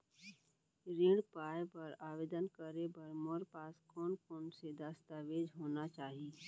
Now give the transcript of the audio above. ऋण पाय बर आवेदन करे बर मोर पास कोन कोन से दस्तावेज होना चाही?